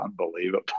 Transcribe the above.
unbelievable